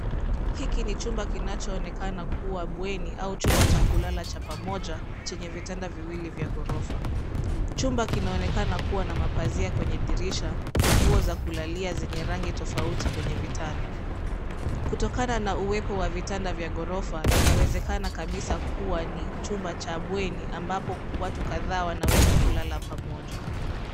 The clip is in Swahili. Hiki ni chumba kinacho onekana kuwa bweni au chumba cha kulala cha pamoja chenye vitanda viwili vya ghorofa. Chumba kinaonekana kuwa na mapazia kwenye dirisha na nguo za kulalia zenye rangi tofauti kwenye vitanda. Kutokana na uwepo wa vitanda vya ghorofa inawezekana kabisa kuwa ni chumba cha bweni ambapo watu kadhaa wanaweza kulala pamoja.